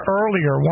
earlier